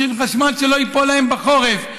שחשמל לא ייפול להם בחורף,